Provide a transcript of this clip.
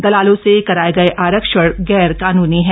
दलालों से कराए गए आरक्षण गैरकानूनी है